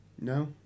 no